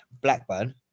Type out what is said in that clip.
Blackburn